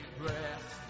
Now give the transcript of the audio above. breath